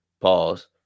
pause